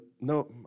no